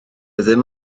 ddim